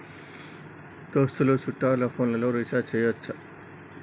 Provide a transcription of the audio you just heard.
దోస్తులు చుట్టాలు ఫోన్లలో రీఛార్జి చేయచ్చా?